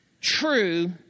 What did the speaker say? true